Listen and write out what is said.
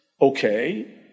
Okay